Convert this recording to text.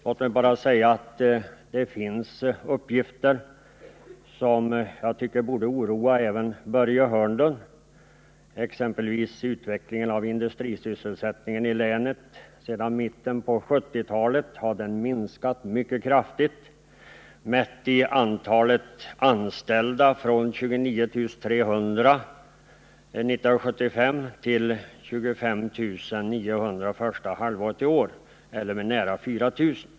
Låt mig bara säga att det finns uppgifter som borde oroa även Börje Hörnlund, exempelvis om utvecklingen av industrisysselsättningen i länet. Sedan 1970-talets mitt har den minskat mycket kraftigt, mätt i antalet anställda från 29 300 år 1975 till 25 900 första halvåret i år, dvs. med nära 4000.